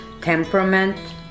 temperament